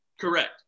Correct